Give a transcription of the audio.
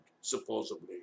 supposedly